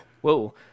Whoa